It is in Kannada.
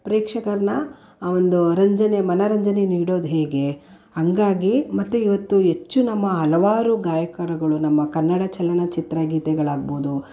ಪ್ರೇಕ್ಷಕರನ್ನು ಒಂದು ರಂಜನೆ ಮನೋರಂಜನೆ ನೀಡೋದು ಹೇಗೆ ಹಾಗಾಗಿ ಮತ್ತು ಇವತ್ತು ಹೆಚ್ಚು ನಮ್ಮ ಹಲವಾರು ಗಾಯಕರುಗಳು ನಮ್ಮ ಕನ್ನಡ ಚಲನಚಿತ್ರ ಗೀತೆಗಳಾಗ್ಬೋದು